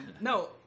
No